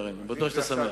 אני בטוח שאתה שמח.